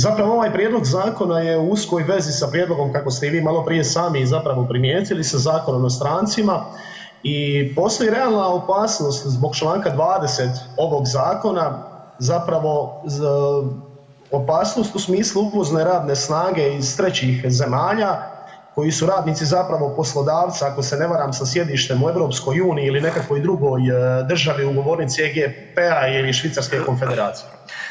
Zapravo ovaj prijedlog zakona je u uskoj vezi sa prijedlogom, kako ste i vi maloprije sami i zapravo primijetili, sa Zakonom o strancima i postoji realna opasnost zbog čl. 20. ovog zakona zapravo opasnost u smislu uvozne radne snage iz trećih zemalja koji su radnici zapravo poslodavca, ako se ne varam, sa sjedištem u EU ili nekakvoj drugoj državi ugovornici EGP-a ili Švicarske konfederacije.